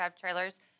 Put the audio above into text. trailers